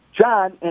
John